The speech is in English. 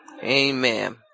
Amen